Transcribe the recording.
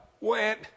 went